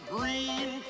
Green